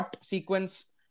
sequence